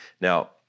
Now